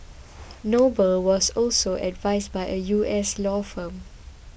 noble was also advised by a U S law firm